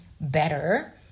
better